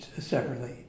separately